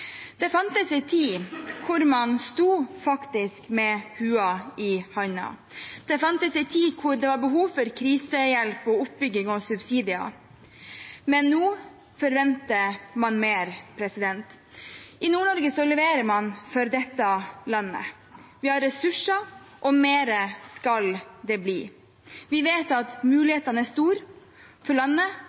Det fantes en tid hvor man faktisk sto med «hua i handa». Det fantes en tid hvor det var behov for krisehjelp, oppbygging og subsidier. Men nå forventer man mer. I Nord-Norge leverer man for dette landet. Vi har ressurser, og mer skal det bli. Vi vet at mulighetene er store for landet